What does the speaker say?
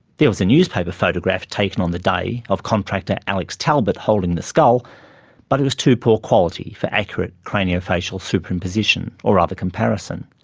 there was a newspaper photograph taken on the day of contractor alex talbot holding the skull but it was too poor quality for accurate craniofacial superimposition or other comparison.